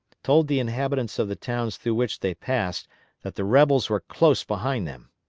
told the inhabitants of the towns through which they passed that the rebels were close behind them.